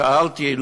שאלתי,